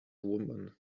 woman